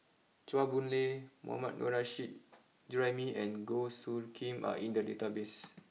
Chua Boon Lay Mohammad Nurrasyid Juraimi and Goh Soo Khim are in the database